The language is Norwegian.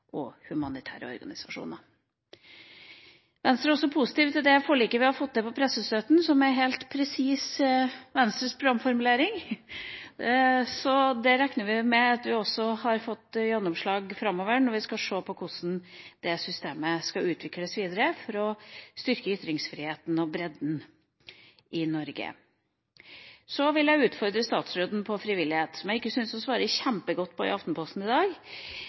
og humanitære organisasjoner. Vi i Venstre er også positive til det forliket vi har fått til på pressestøtten, som er helt likt Venstres programformulering. Det regner vi med at vi også har fått gjennomslag for framover, når vi skal se på hvordan det systemet skal utvikles videre for å styrke ytringsfriheten og bredden i Norge. Jeg vil utfordre statsråden på frivillighet, som jeg ikke syns hun svarer kjempegodt på i Aftenposten i dag.